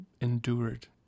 endured